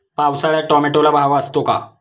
पावसाळ्यात टोमॅटोला भाव असतो का?